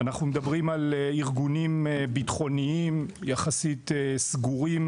אנחנו מדברים על ארגונים ביטחוניים שהם יחסית סגורים.